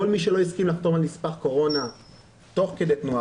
כל מי שלא הסכים לחתום על נספח קורונה תוך כדי תנועה,